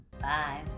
Bye